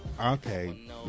okay